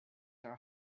are